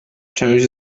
część